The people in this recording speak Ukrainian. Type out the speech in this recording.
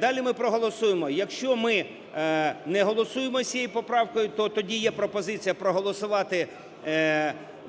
Далі ми проголосуємо. Якщо ми не голосуємо з цією поправкою, то тоді є пропозиція проголосувати